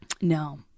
No